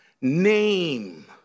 name